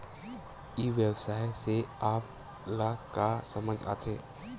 ई व्यवसाय से आप ल का समझ आथे?